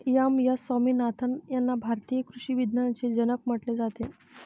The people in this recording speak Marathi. एम.एस स्वामीनाथन यांना भारतीय कृषी विज्ञानाचे जनक म्हटले जाते